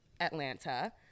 Atlanta